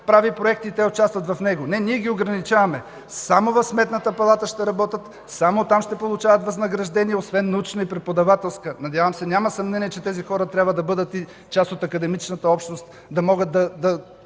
прави проект и те участват в него. Не, ние ги ограничаваме – само в Сметната палата ще работят, само оттам ще получават възнаграждение, освен научна и преподавателска дейност. Надявам се, няма съмнение, че тези хора трябва да бъдат и част от академичната общност, да дават ум